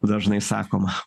dažnai sakoma